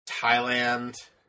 Thailand